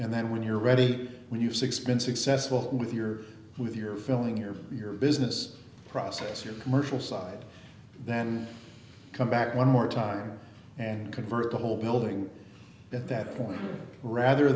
and then when you're ready when you've six been successful with your with your feeling your your business process your commercial side then come back one more time and convert the whole building at that point rather